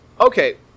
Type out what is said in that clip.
Okay